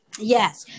yes